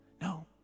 No